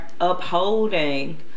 upholding